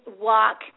walk